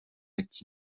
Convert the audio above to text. acte